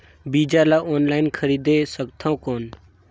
बीजा ला ऑनलाइन खरीदे सकथव कौन?